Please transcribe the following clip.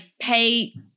pay